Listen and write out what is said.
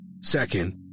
Second